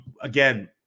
Again